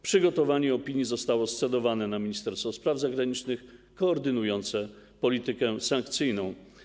Przygotowanie opinii zostało scedowane na Ministerstwo Spraw Zagranicznych, koordynujące politykę sankcyjną.